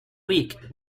weak